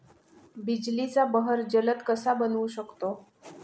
बिजलीचा बहर जलद कसा बनवू शकतो?